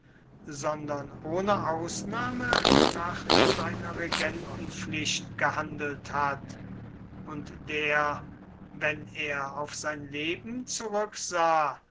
sondern ohne ausnahme nach seiner regentenpflicht gehandelt hat und der wenn er auf sein leben zurücksah